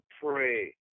pray